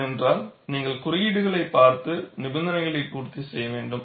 ஏனென்றால் நீங்கள் குறியீடுகளைப் பார்த்து நிபந்தனைகளை பூர்த்தி செய்ய வேண்டும்